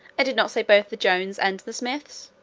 and did not say both the jones and the smiths?